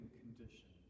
condition